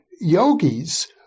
yogis